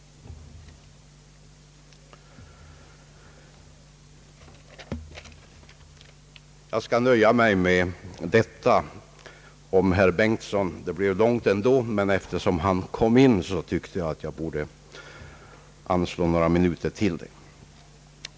Jag skall nöja mig med detta till herr Bengtson — det blev ju ganska långt, men eftersom han kom in tyckte jag att jag borde ägna några minuter åt honom.